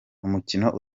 umukino